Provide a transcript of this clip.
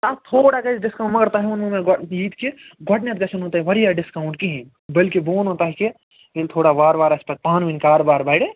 تَتھ تھوڑا گَژھہِ ڈِسکاوُنٛٹ مگر تۄہہِ ووٚنوٕ مےٚ گۄڈٕ یہِ تہِ کہِ گۄڈٕنیٚتھ گژھیٚو نہٕ تۄہہِ واریاہ ڈِسکاوُنٛٹ کِہیٖنۍ بٔلکہِ بہٕ وَنہو تۄہہِ کہِ ییٚلہِ تھوڑا وارٕ وار اسہِ پتہٕ پانہٕ وٲنۍ کارٕبار بڑِ